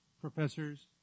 professors